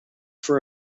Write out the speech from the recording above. for